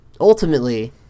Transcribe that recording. ultimately